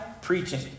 preaching